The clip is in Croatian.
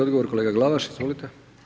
Odgovor kolega Glavaš, izvolite.